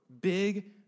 big